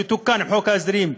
שתוקן עם חוק ההסדרים,